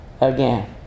again